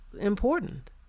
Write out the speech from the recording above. important